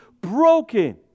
broken